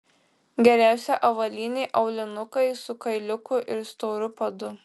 geriausia avalynė aulinukai su kailiuku ir storu padu